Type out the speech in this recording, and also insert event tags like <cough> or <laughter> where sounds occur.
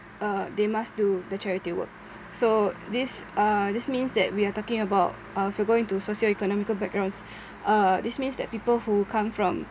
uh they must do the charity work so <breath> so this uh this means that we are talking about uh if we're going into socio economical backgrounds <breath> uh this means that people who come from